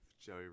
Joey